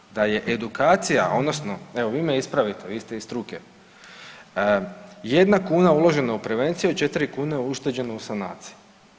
Kažu da je edukacija odnosno evo vi me ispravite, vi ste iz struke, jedna kuna uložena u prevenciju, 4 kune ušteđeno u sanaciji.